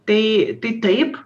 tai tai taip